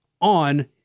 on